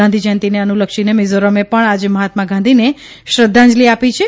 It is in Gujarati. ગાંધી જયંતીને અનુલક્ષીને મીઝોરમે ે ણ આજે મહાત્મા ગાંધીને શ્રધ્ધાંજલી આપી છે